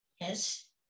yes